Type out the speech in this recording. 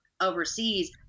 overseas